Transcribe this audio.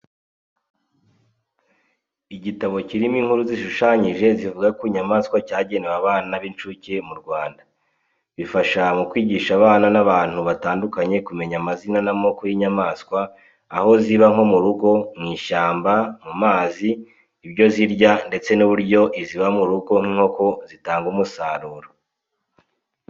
Igitabo kirimo inkuru zishushanyije zivuga ku nyamaswa cyagenewe abana b'incuke mu Rwanda. Ifasha mu kwigisha abana n’abantu batandukanye kumenya amazina n'amoko y'inyamaswa, aho ziba nko mu rugo, mu ishyamba, mu mazi, ibyo zirya ndetse n'uburyo iziba mu rugo nk'inkoko zitanga umusaruro.